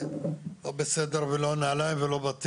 לא בסדר ולא שום דבר.